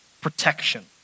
protection